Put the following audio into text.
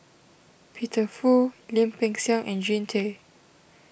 Peter Fu Lim Peng Siang and Jean Tay